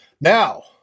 Now